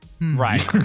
Right